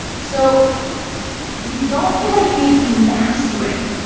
so you don't feel like you need to master it.